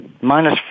minus